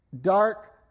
dark